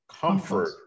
comfort